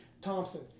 Thompson